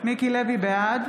בעד